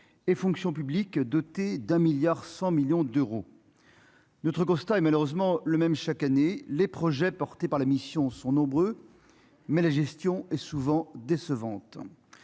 et fonction publique doté d'un milliard 100 millions d'euros notre constat est malheureusement le même chaque année, les projets portés par la mission sont nombreux mais la gestion, et souvent décevante